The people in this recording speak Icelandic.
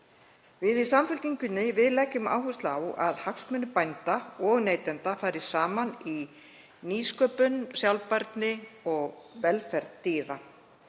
Við í Samfylkingunni leggjum áherslu á að hagsmunir bænda og neytenda fari saman í nýsköpun, sjálfbærni og velferð dýra.